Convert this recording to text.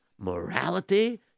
morality